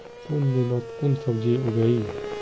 कुन दिनोत कुन सब्जी उगेई?